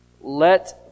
Let